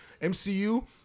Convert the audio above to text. MCU